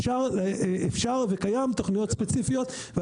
אפשר וקיימות תכניות ספציפיות.